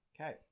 Okay